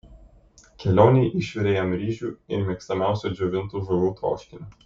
kelionei išvirė jam ryžių ir mėgstamiausio džiovintų žuvų troškinio